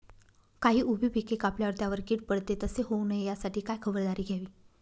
काही उभी पिके कापल्यावर त्यावर कीड पडते, तसे होऊ नये यासाठी काय खबरदारी घ्यावी?